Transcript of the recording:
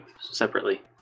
separately